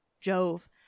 Jove